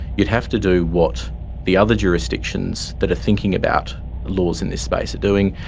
you'd have to do what the other jurisdictions that are thinking about laws in this space are doing,